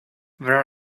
there